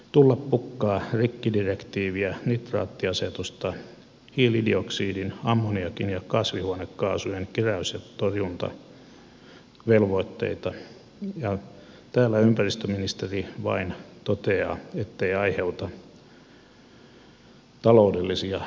tulla pukkaa rikkidirektiiviä nitraattiasetusta hiilidioksidin ammoniakin ja kasvihuonekaasujen keräys ja torjuntavelvoitteita ja täällä ympäristöministeri vain toteaa ettei aiheuta taloudellisia rasitteita